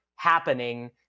happening